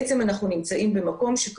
אנחנו נמצאים במקום מאוד